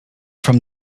from